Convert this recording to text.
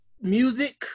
music